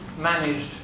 managed